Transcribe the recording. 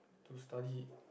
to study